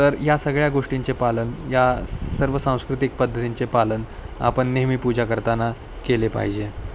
तर या सगळ्या गोष्टींचे पालन या सर्व सांस्कृतिक पद्धतींचे पालन आपण नेहमी पूजा करताना केले पाहिजे